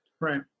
Right